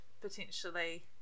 potentially